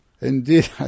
Indeed